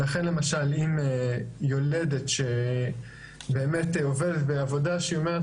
לכן למשל אם יולדת שבאמת עובדת בעבודה שהיא אומרת,